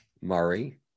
Murray